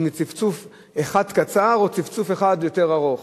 ואם זה צפצוף אחד קצר או צפצוף אחד יותר ארוך.